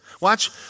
watch